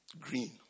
green